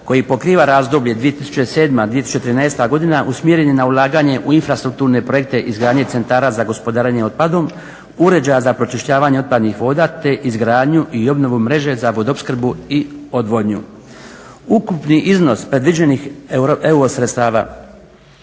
koji pokriva razdoblje 2007.-2013. godina usmjeren je na ulaganje u infrastrukturne projekte izgradnje centara za gospodarenje otpadom, uređaja za pročišćavanje otpadnih voda, te izgradnju i odvodnju mreže za vodoopskrbu i odvodnju. Ukupni iznos predviđenih euro sredstava